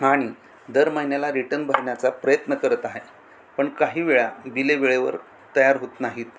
आणि दर महिन्याला रिटन भरण्याचा प्रयत्न करत आहे पण काही वेळा बिले वेळेवर तयार होत नाहीत